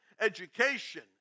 education